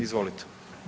Izvolite.